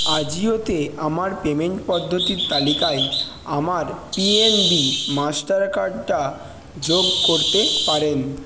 আজিওতে আমার পেমেন্ট পদ্ধতির তালিকায় আমার পিএনবি মাস্টার কার্ডটা যোগ করতে পারেন